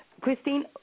Christine